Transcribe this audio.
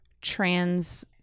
trans